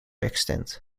extent